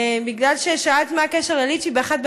בגלל ששאלת מה הקשר לליצ'י ב-01:00,